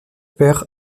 pair